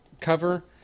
cover